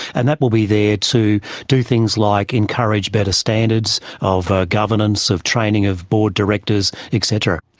and that will be there to do things like encourage better standards of ah governance, of training of board directors, et cetera.